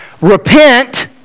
Repent